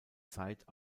zeit